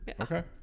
Okay